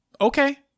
Okay